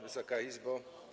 Wysoka Izbo!